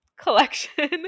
collection